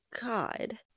god